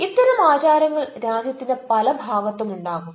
ഇത്തരം ആചാരങ്ങൾ രാജ്യത്തിന്റെ പല ഭാഗത്തും ഉണ്ടാകും